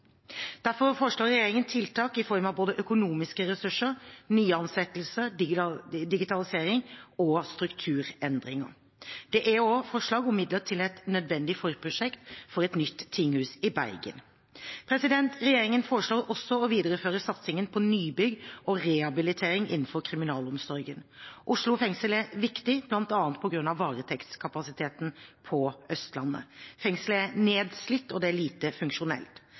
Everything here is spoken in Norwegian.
Derfor foreslår regjeringen tiltak i form av både økonomiske ressurser, nyansettelser, digitalisering og strukturendringer. Det er også forslag om midler til et nødvendig forprosjekt for et nytt tinghus i Bergen. Regjeringen foreslår også å videreføre satsingen på nybygg og rehabilitering innenfor kriminalomsorgen. Oslo fengsel er viktig, bl.a. på grunn av varetektskapasiteten på Østlandet. Fengselet er nedslitt og lite funksjonelt.